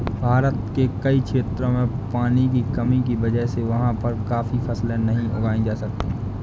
भारत के कई क्षेत्रों में पानी की कमी की वजह से वहाँ पर काफी फसलें नहीं उगाई जा सकती